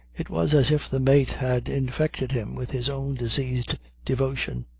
it was as if the mate had infected him with his own diseased devotion.